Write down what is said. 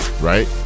right